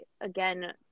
again